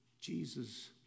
Jesus